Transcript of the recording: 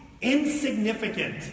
insignificant